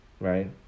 Right